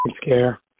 scare